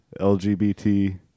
LGBT